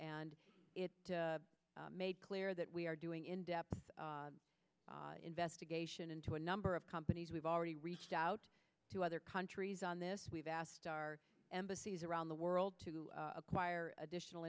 it made clear that we are doing in depth investigation into a number of companies we've already reached out to other countries on this we've asked our embassies around the world to acquire additional